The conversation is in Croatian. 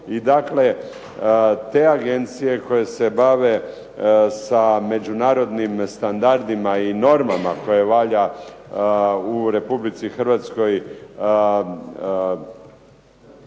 i dakle, te agencije koje se bave sa međunarodnim standardima i normama koje valja u Republici hrvatskoj